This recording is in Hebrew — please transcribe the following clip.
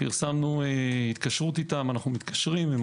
אנחנו מתקשרים איתם.